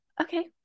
okay